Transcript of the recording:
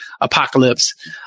apocalypse